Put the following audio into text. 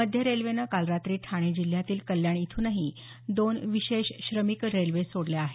मध्य रेल्वेनं काल रात्री ठाणे जिल्ह्यातील कल्याण इथूनही दोन विशेष श्रमिक रेल्वे सोडल्या आहेत